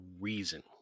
reason